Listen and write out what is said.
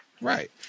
Right